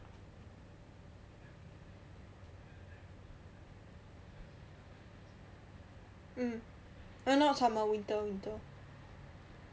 mm err not summer winter winter